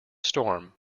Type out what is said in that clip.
storm